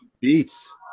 beats